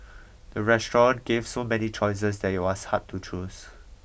the restaurant gave so many choices that it was hard to choose